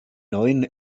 neuen